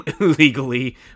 illegally